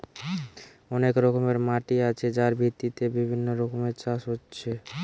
অনেক রকমের মাটি আছে যার ভিত্তিতে বিভিন্ন রকমের চাষ হচ্ছে